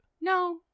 No